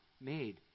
made